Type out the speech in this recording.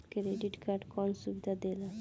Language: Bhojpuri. क्रेडिट कार्ड कौन सुबिधा देला?